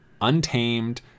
untamed